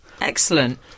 excellent